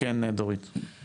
דורית, בבקשה.